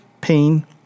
pain